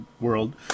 world